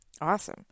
Awesome